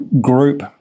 group